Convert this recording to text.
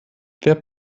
wer